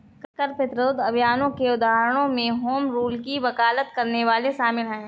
कर प्रतिरोध अभियानों के उदाहरणों में होम रूल की वकालत करने वाले शामिल हैं